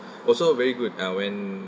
also very good uh when